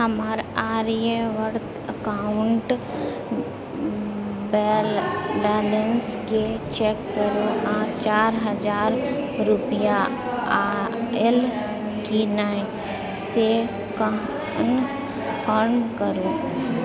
हमर आर्यव्रत अकाउंट बैलेंसके चेक करू आ चारि हजार रूपआ आएल कि नहि से कनफर्म करू